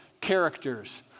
characters